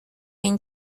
این